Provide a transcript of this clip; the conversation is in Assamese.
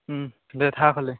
দে থাক হ'লে